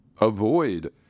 avoid